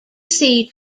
sea